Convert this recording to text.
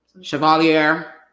Chevalier